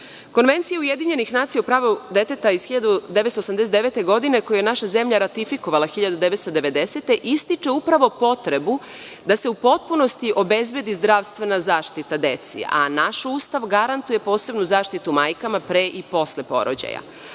zakona. Konvencija UN o pravu deteta iz 1989. godine, koju je naša zemlja ratifikovala 1990. godine, ističe upravo potrebu da se u potpunosti obezbedi zdravstvena zaštita deci. Naš Ustav garantuje ustavnu zaštitu majkama pre i posle porođaja,